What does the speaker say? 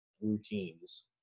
routines